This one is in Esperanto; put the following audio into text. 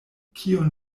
kion